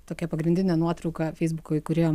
tokia pagrindinė nuotrauka feisbuko įkūrėjo